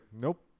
nope